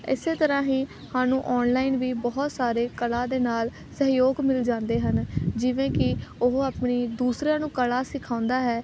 ਇਸੇ ਤਰ੍ਹਾਂ ਹੀ ਸਾਨੂ ਓਨਲਾਈਨ ਵੀ ਬਹੁਤ ਸਾਰੇ ਕਲਾ ਦੇ ਨਾਲ ਸਹਿਯੋਗ ਮਿਲ ਜਾਂਦੇ ਹਨ ਜਿਵੇਂ ਕਿ ਉਹ ਆਪਣੀ ਦੂਸਰਿਆਂ ਨੂੰ ਕਲਾ ਸਿਖਾਉਂਦਾ ਹੈ